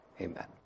Amen